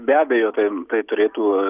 be abejo tai tai turėtų